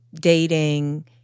dating